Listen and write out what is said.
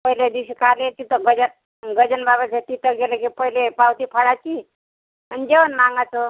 पहिले दिवशी काले तिथं गजन गजाननबाबासाठी तर तिथं गेले की पहिले पावती फाडायची मग जेवण मागायचं